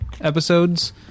episodes